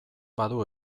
badu